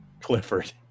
Clifford